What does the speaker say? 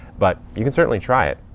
but you can certainly try it.